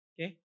okay